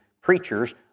preachers